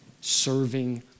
serving